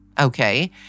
Okay